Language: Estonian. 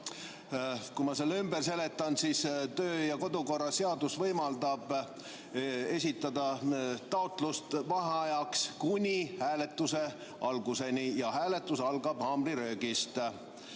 Kui ma selle lahti seletan, siis kodu- ja töökorra seadus võimaldab esitada taotlust vaheaja võtmiseks kuni hääletuse alguseni ja hääletus algab haamrilöögist.